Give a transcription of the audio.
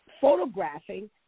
photographing